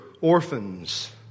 orphans